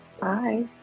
Bye